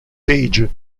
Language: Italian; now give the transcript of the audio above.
page